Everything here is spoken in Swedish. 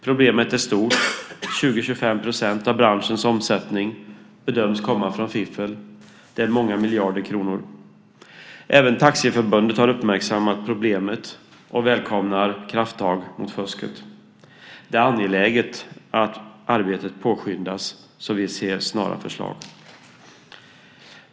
Problemet är stort. 20-25 % av branschens omsättning bedöms komma från fiffel. Det handlar om många miljarder kronor. Även Taxiförbundet har uppmärksammat problemet och välkomnar krafttag mot fusket. Det är angeläget att arbetet påskyndas så att vi ser snara förslag.